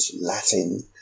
Latin